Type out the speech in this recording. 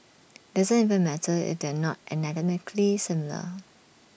doesn't even matter if they're not anatomically similar